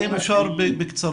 אם אפשר בקצרה.